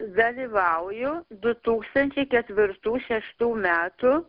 dalyvauju du tūkstančiai ketvirtų šeštų metų